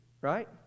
right